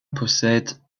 possède